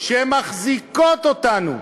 והן מחזיקות אותנו,